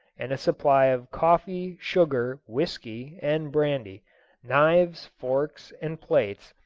and a supply of coffee, sugar, whisky, and brandy knives, forks, and plates,